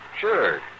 sure